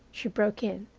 she broke in.